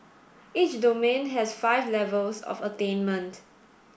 each domain has five levels of attainment